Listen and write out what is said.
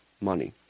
money